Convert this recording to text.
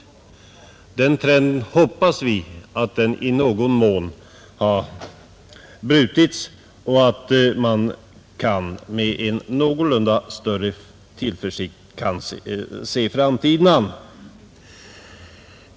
Den trenden, hoppas vi, har i någon mån brutits, så att man kan med någorlunda större tillförsikt se framtiden an.